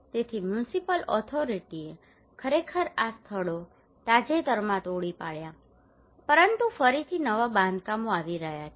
તેથી મ્યુનિસિપલ ઓથોરિટીએ ખરેખર આ સ્થળો તાજેતરમાં તોડી પાડ્યા હતા પરંતુ ફરીથી નવા બાંધકામો આવી રહ્યા છે